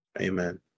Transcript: Amen